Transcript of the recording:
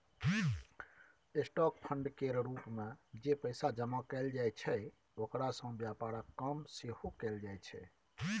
stock fund केर रूप मे जे पैसा जमा कएल जाइ छै ओकरा सँ व्यापारक काम सेहो कएल जाइ छै